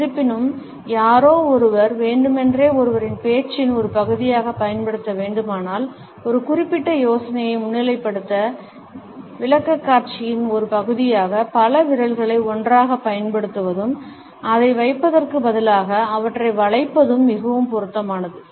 இருப்பினும் யாரோ ஒருவர் வேண்டுமென்றே ஒருவரின் பேச்சின் ஒரு பகுதியாகப் பயன்படுத்த வேண்டுமானால் ஒரு குறிப்பிட்ட யோசனையை முன்னிலைப்படுத்த விளக்கக்காட்சியின் ஒரு பகுதியாக பல விரல்களை ஒன்றாகப் பயன்படுத்துவதும் அதை வைப்பதற்குப் பதிலாக அவற்றை வளைப்பதும் மிகவும் பொருத்தமானது